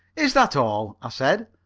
is that all? i said.